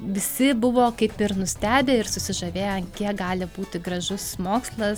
visi buvo kaip ir nustebę ir susižavėję ant kiek gali būti gražus mokslas